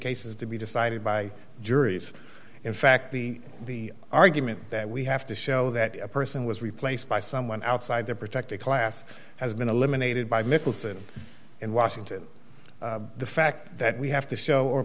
cases to be decided by juries in fact the the argument that we have to show that a person was replaced by someone outside their protected class has been eliminated by mickelson in washington the fact that we have to show or